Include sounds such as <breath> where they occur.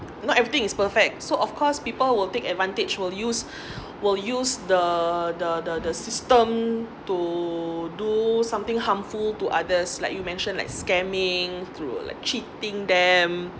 not everything is perfect so of course people will take advantage will use <breath> will use the the the the system to do something harmful to others like you mentioned like scamming through like cheating them